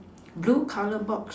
blue colour box